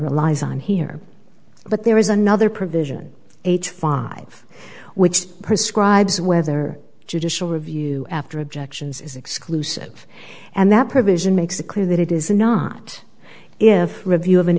relies on here but there is another provision h five which prescribes whether judicial review after objections is exclusive and that provision makes it clear that it is not if review of an